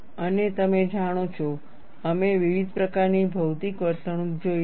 અને તમે જાણો છો અમે વિવિધ પ્રકારની ભૌતિક વર્તણૂક જોઈ છે